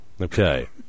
Okay